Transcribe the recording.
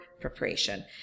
preparation